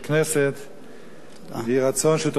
יהי רצון שתוכל להנחותנו בדרך הנכונה.